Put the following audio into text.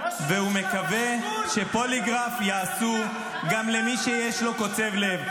והוא מקווה שפוליגרף יעשו גם למי שיש לו קצב לב.